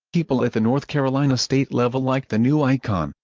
people at the north carolina state level like the new icon.